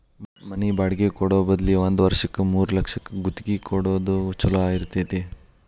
ಮನಿ ಬಾಡ್ಗಿ ಕೊಡೊ ಬದ್ಲಿ ಒಂದ್ ವರ್ಷಕ್ಕ ಮೂರ್ಲಕ್ಷಕ್ಕ ಗುತ್ತಿಗಿ ಕೊಡೊದ್ ಛೊಲೊ ಇರ್ತೆತಿ